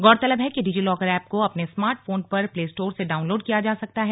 गौरतलब है कि डिजि लॉकर एप को अपने स्मार्ट फोन पर प्लेस्टोर से डाउनलोड किया जा सकता है